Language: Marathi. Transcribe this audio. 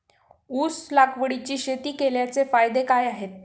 ऊस लागवडीची शेती केल्याचे फायदे काय आहेत?